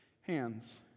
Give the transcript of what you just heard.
hands